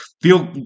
feel